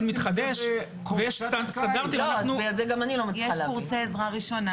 מתחדש --- יש קורסי עזרה ראשונה,